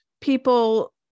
people